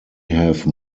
have